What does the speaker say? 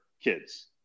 kids